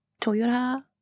Toyota